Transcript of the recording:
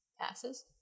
Passes